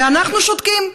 ואנחנו שותקים.